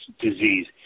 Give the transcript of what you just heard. disease